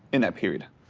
in that period.